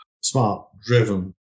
smart-driven